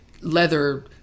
leather